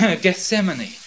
Gethsemane